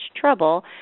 trouble